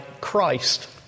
Christ